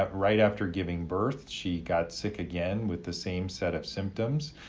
but right after giving birth, she got sick again with the same set of symptoms.